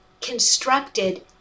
constructed